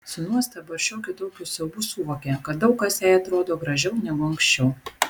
su nuostaba ir šiokiu tokiu siaubu suvokė kad daug kas jai atrodo gražiau negu anksčiau